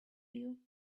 you